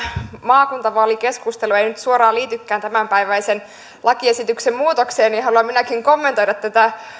maakuntavaalikeskustelu ei nyt suoraan liitykään tämänpäiväisen lakiesityksen muutokseen niin haluan minäkin kommentoida tätä